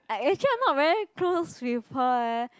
I actually I'm not very close with her eh